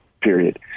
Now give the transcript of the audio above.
period